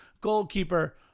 goalkeeper